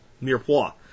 mirepoix